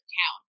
town